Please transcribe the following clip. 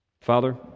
Father